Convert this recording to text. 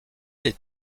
les